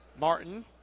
Martin